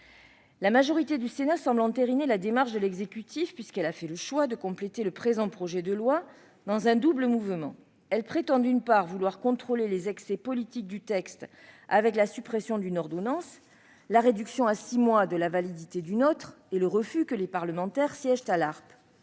La majorité du Sénat semble entériner la démarche de l'exécutif, puisqu'elle a fait le choix de compléter le présent projet de loi, dans un double mouvement. Elle prétend d'une part vouloir contrôler les excès politiques du texte par la suppression d'une ordonnance, la réduction à six mois de la validité d'une autre, et le refus que les parlementaires siègent à l'ARPE.